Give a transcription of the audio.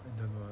I don't know